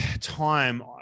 time